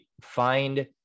Find